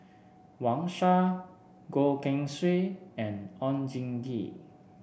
Wang Sha Goh Keng Swee and Oon Jin Gee